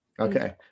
Okay